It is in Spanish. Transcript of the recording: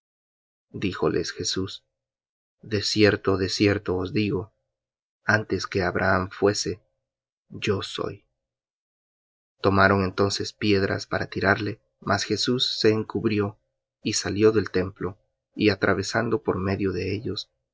abraham díjoles jesús de cierto de cierto os digo antes que abraham fuese yo soy tomaron entonces piedras para tirarle mas jesús se encubrió y salió del templo y atravesando por medio de ellos